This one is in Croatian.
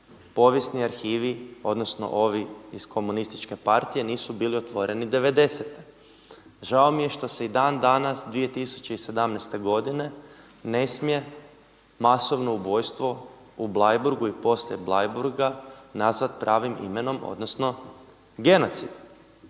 povijesni arhivi odnosno ovi iz komunističke partije nisu bili otvoreni '90.-te. Žao mi je što se i dan danas 2017. godine ne smije masovno ubojstvo u Bleiburgu i poslije Bleiburga nazvati pravim imenom odnosno genocid.